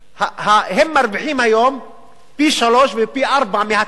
הם מרוויחים היום פי-שלושה ופי-ארבעה מהתחזית